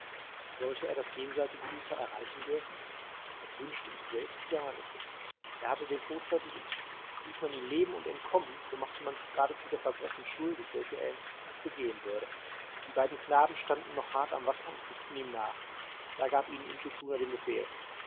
sollte er das jenseitige ufer erreichen dürfen das wünschte ich selbst gar nicht er hatte den tod verdient ließ man ihn leben und entkommen so machte man sich geradezu der verbrechen schuldig welche er in zukunft begehen würde die beiden knaben standen noch hart am wasser und blickten ihm nach da gab ihnen intschu tschuna den befehl